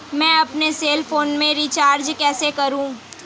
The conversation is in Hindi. मैं अपने सेल फोन में रिचार्ज कैसे करूँ?